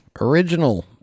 original